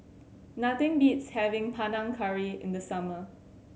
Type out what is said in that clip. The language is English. nothing beats having Panang Curry in the summer